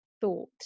thought